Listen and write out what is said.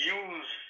use